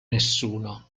nessuno